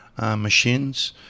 machines